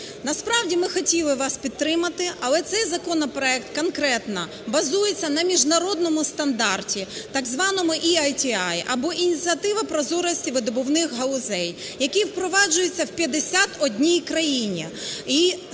Насправді ми хотіли вас підтримати. Але цей законопроект конкретно базується на міжнародному стандарті, так званому ЕІТІ, або ініціатива прозорості видобувних галузей, які впроваджуються у 51 країні.